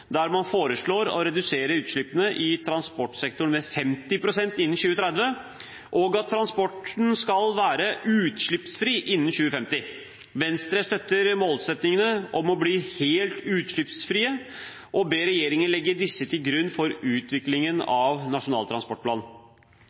der man foreslår å redusere utslippene i transportsektoren med 50 pst. innen 2030, og at transporten skal være utslippsfri innen 2050. Venstre støtter målsettingene om å bli helt utslippsfrie og ber regjeringen legge disse til grunn for utviklingen av Nasjonal transportplan.